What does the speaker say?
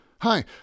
Hi